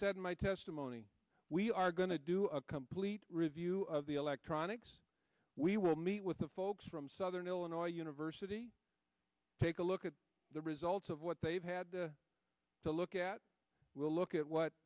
said in my testimony we are going to do a complete review of the electronics we will meet with the folks from southern illinois university take a look at the results of what they've had to look at we'll look at what